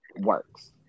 works